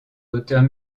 auteurs